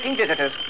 visitors